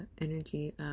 energy